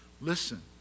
listen